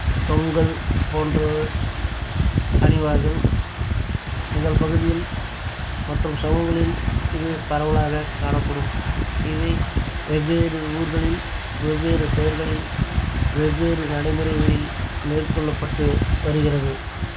தொங்கல் போன்றவை அணிவார்கள் எங்கள் பகுதியில் மற்றும் சிவகங்கையிலையும் இது பரவலாக காணப்படும் வெவ்வேறு ஊர்களில் வெவ்வேறு பேர்களில் வெவ்வேறு நடைமுறைகளில் மேற்கொள்ளப்பட்டு வருகிறது